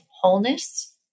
wholeness